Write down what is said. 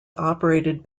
operated